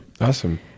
Awesome